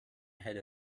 ahead